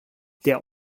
der